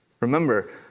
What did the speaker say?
Remember